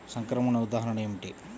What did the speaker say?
సంక్రమణ ఉదాహరణ ఏమిటి?